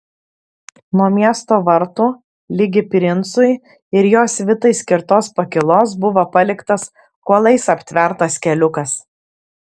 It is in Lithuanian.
nuo miesto vartų ligi princui ir jo svitai skirtos pakylos buvo paliktas kuolais aptvertas keliukas